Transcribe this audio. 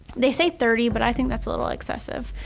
they say thirty, but i think that's a little excessive.